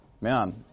Man